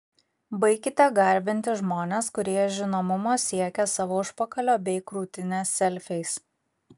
baikite garbinti žmones kurie žinomumo siekia savo užpakalio bei krūtinės selfiais